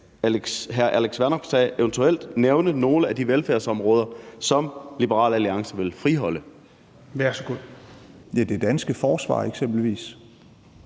hr. Alex Vanopslagh eventuelt nævne nogle af de velfærdsområder, som Liberal Alliance vil friholde? Kl. 17:44 Fjerde næstformand (Rasmus